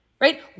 Right